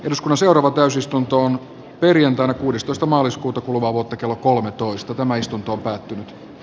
jos museorova täysistuntoon perjantaina kuudestoista maaliskuuta kuluvaa vuotta kello kolmetoista tämä istunto käsittelyyn